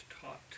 taught